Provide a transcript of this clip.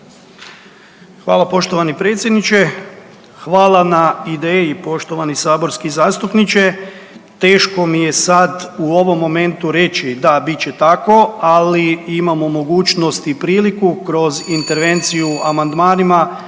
Hvala poštovani predsjedniče. Hvala na ideji poštovani saborski zastupniče. Teško mi je sad u ovom momentu reći da bit će tako, ali imamo mogućnost i priliku kroz intervenciju amandmanima